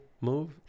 move